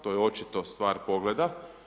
To je očito stvar pogleda.